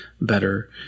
better